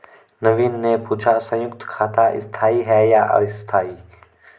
नवीन ने पूछा संयुक्त खाता स्थाई है या अस्थाई